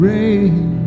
Rain